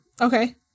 Okay